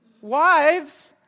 Wives